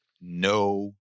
no